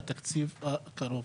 בתקציב הקרוב.